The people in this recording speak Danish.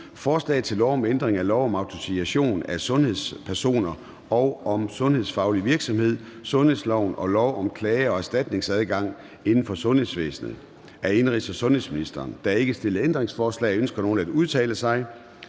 Forslag til lov om ændring af lov om autorisation af sundhedspersoner og om sundhedsfaglig virksomhed, sundhedsloven og lov om klage- og erstatningsadgang inden for sundhedsvæsenet. (Skærpet straf ved ulovlige omskæringer af drengebørn,